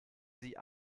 sie